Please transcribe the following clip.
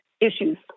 issues